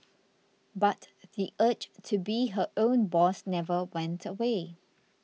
but the urge to be her own boss never went away